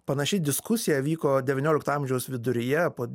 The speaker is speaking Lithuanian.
panaši diskusija vyko devyniolikto amžiaus viduryje po